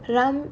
plum